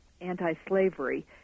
anti-slavery